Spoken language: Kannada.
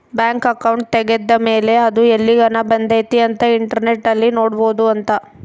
ಬ್ಯಾಂಕ್ ಅಕೌಂಟ್ ತೆಗೆದ್ದ ಮೇಲೆ ಅದು ಎಲ್ಲಿಗನ ಬಂದೈತಿ ಅಂತ ಇಂಟರ್ನೆಟ್ ಅಲ್ಲಿ ನೋಡ್ಬೊದು ಅಂತ